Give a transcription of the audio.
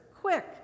Quick